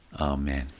Amen